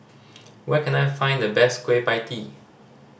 where can I find the best Kueh Pie Tee